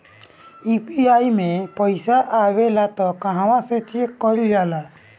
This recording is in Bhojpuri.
यू.पी.आई मे पइसा आबेला त कहवा से चेक कईल जाला?